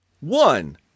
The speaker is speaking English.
One